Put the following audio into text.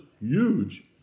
huge